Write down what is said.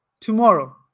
tomorrow